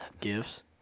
gifts